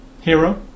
hero